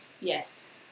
Yes